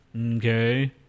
Okay